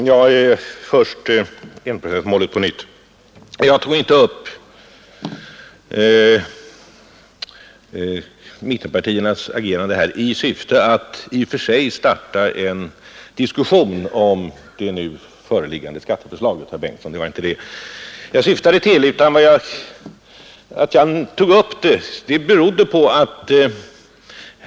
Herr talman! Först enprocentsmålet på nytt. Jag tog inte upp mittenpartiernas agerande i syfte att starta en diskussion om det nu föreliggande skatteförslaget i och för sig. Det var inte det jag syftade till, herr Torsten Bengtson, utan jag tog upp det av ett annat skäl.